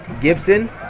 Gibson